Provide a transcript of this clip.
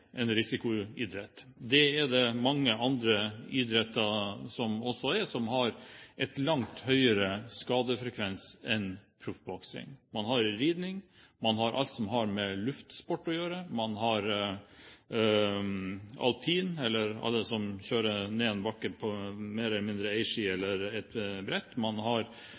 risikoidrett. Det er det mange andre idretter som også er, som har en langt høyere skadefrekvens enn proffboksing. Man har ridning, man har alt som har med luftsport å gjøre, man har alpint – eller de som kjører ned en bakke mer eller mindre på én ski eller på et brett – man har